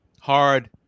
hard